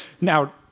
Now